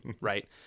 right